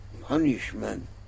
punishment